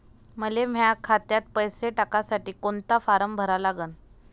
मले माह्या खात्यात पैसे टाकासाठी कोंता फारम भरा लागन?